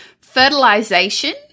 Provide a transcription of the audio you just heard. fertilization